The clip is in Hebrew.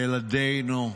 ילדינו,